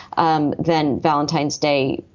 um then valentine's day,